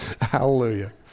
Hallelujah